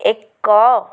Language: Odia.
ଏକ